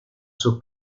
sus